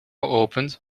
geopend